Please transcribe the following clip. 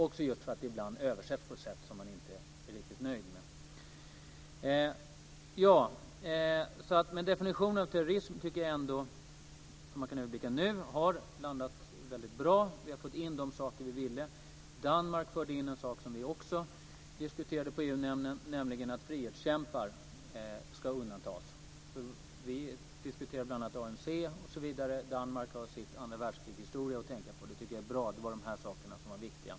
Dessutom översätts det ibland på ett sätt som man inte är riktigt nöjd med. Definitionen av terrorism tycker jag ändå - såvitt nu kan överblickas - har landat väldigt bra. Vi har fått med de saker som vi ville ha med. Danmark förde in en sak som också diskuterades i EU-nämnden, nämligen att frihetskämpar ska undantas - vi diskuterade bl.a. ANC, och Danmark har ju sin andravärldskrigshistoria att tänka på. Jag tycker att det var bra, för det var de här sakerna som var viktiga.